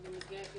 לטקס.